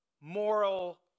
moral